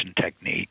technique